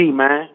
man